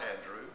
Andrew